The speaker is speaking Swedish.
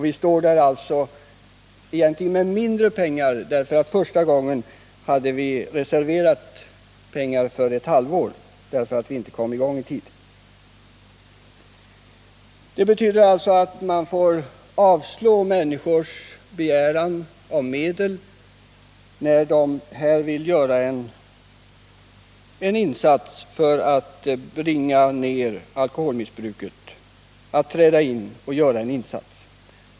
Vi har alltså egentligen mindre pengar nu än tidigare, eftersom vi den första gången hade pengar reserverade för ett halvår på grund av att vi inte kunnat komma i gång med verksamheten i tid. Det betyder alltså att vi måste avslå organisationers begäran om medel när de vill göra en insats för att bringa ner alkoholmissbruket.